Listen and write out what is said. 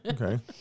Okay